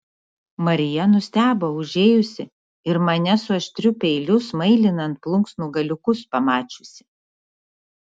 marija nustebo užėjusi ir mane su aštriu peiliu smailinant plunksnų galiukus pamačiusi